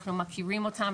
אנחנו מכירים אותם,